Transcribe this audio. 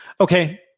Okay